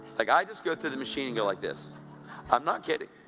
like i just go through the machine, and go like this i'm not kidding.